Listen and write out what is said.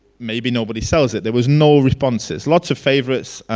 maybe nobody sells it. there was no responses. lots of favorites,